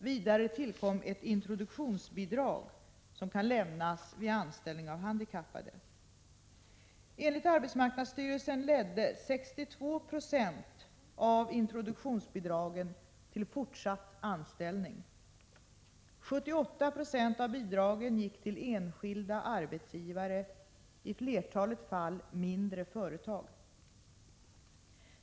Vidare tillkom ett introduktionsbidrag som kan lämnas vid anställning av handikappade. Enligt arbetsmarknadsstyrelsen ledde 62 70 av introduktionsbidragen till fortsatt anställning. 78 96 av bidragen gick till enskilda arbetsgivare, i flertalet fall mindre företag.